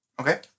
Okay